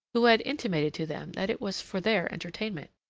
who had intimated to them that it was for their entertainment.